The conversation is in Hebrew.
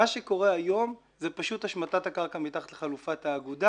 מה שקורה היום זה פשוט השמטת הקרקע מתחת לחלופת האגודה.